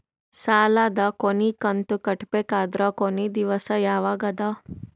ಸಾಲದ ಕೊನಿ ಕಂತು ಕಟ್ಟಬೇಕಾದರ ಕೊನಿ ದಿವಸ ಯಾವಗದ?